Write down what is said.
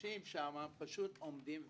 אנשים שם עומדים ותמהים,